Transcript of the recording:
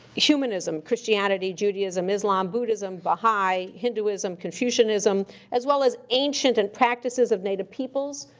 humanism, christianity, judaism, islam, buddhism, baha'i, hinduism, confucianism as well as ancient and practices of native peoples,